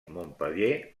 montpeller